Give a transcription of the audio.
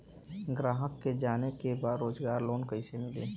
ग्राहक के जाने के बा रोजगार लोन कईसे मिली?